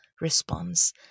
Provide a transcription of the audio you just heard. response